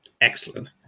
excellent